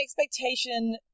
expectation